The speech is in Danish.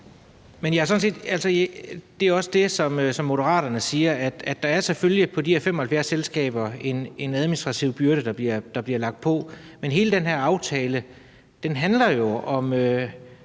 Det er også det, som Moderaterne siger; der er selvfølgelig i forhold til de her 75 selskaber en administrativ byrde, der bliver lagt på. Men hele den her aftale handler jo om